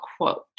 quote